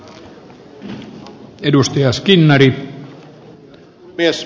arvoisa puhemies